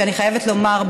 שאני חייבת לומר,